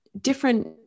different